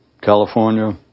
California